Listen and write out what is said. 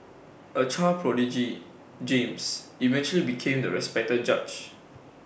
A child prodigy James eventually became the respected judge